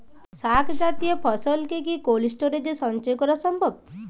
শাক জাতীয় ফসল কি কোল্ড স্টোরেজে সঞ্চয় করা সম্ভব?